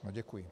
Děkuji.